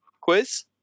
Quiz